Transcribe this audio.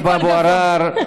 טלב אבו עראר,